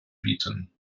bieten